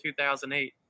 2008